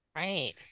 Right